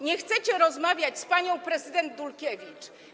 Nie chcecie rozmawiać z panią prezydent Dulkiewicz.